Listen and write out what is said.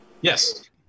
Yes